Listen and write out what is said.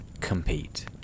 compete